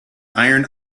iron